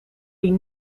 die